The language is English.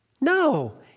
No